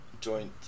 joint